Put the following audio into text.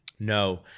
No